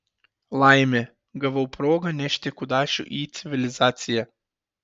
laimė gavau progą nešti kudašių į civilizaciją